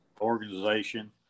organization